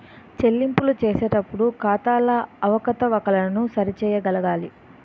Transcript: చెల్లింపులు చేసేటప్పుడు ఖాతాల అవకతవకలను సరి చేయగలగాలి